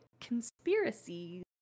conspiracies